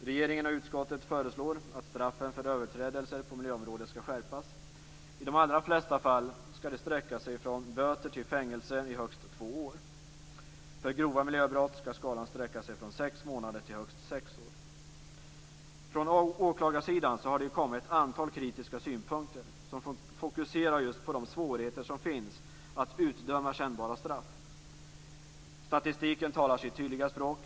Regeringen och utskottet föreslår att straffen för överträdelser på miljöområdet skall skärpas. I de allra flesta fall skall de sträcka sig från böter till fängelse i högst två år. För grova miljöbrott skall skalan sträcka sig från sex månader till högst sex år. Från åklagarsidan har det kommit ett antal kritiska synpunkter som fokuserar just på de svårigheter som finns att utdöma kännbara straff. Statistiken talar sitt tydliga språk.